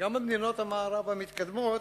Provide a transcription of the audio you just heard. גם במדינות המערב המתקדמות,